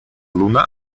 luna